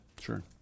Sure